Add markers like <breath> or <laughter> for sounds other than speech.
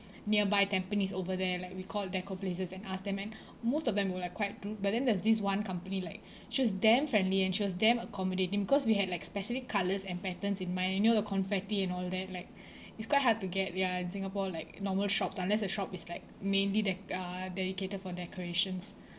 nearby tampines over there like we called decor places and asked them and <breath> most of them were like quite rude but then there's this one company like <breath> she was damn friendly and she was damn accommodating because we had like specific colours and patterns in mind you know the confetti and all that like <breath> it's quite hard to get ya in singapore like normal shops unless a shop is like mainly de~ uh dedicated for decorations